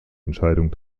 entscheidung